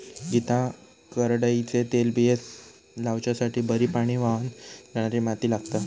गीता करडईचे तेलबिये लावच्यासाठी बरी पाणी व्हावन जाणारी माती लागता